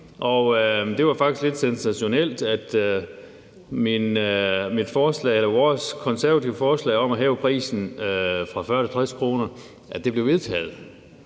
det var faktisk lidt sensationelt, at vores konservative forslag om at hæve prisen fra 40 til 60 kr. blev vedtaget,